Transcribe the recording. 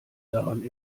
daran